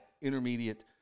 intermediate